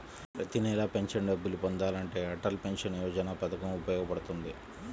ప్రతి నెలా పెన్షన్ డబ్బులు పొందాలంటే అటల్ పెన్షన్ యోజన పథకం ఉపయోగపడుతుంది